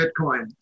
Bitcoin